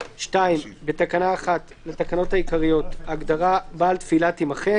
2. בתקנה 1 לתקנות העיקריות ־ (1)ההגדרה ״בעל תפילה״ - תימחק,